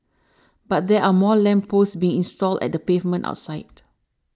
but there are more lamp posts being installed at the pavement outside